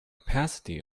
opacity